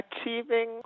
achieving